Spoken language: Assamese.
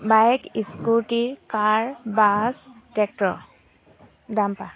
bike scooty car bus tractor dumper